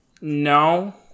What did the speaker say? no